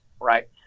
right